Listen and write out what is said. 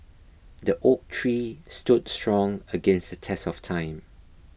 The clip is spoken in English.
the oak tree stood strong against test of time